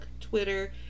Twitter